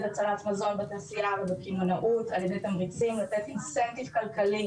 הצלת מזון בתעשייה ובקמעונאות על ידי תמריצים לתת תמריץ כלכלי